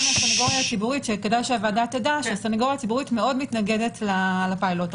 כדאי שהוועדה תדע שהסנגוריה הציבורית מאוד מתנגדת לפילוט.